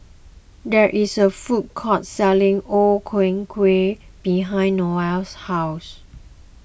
there is a food court selling O Ku Kueh behind Noel's house